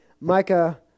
Micah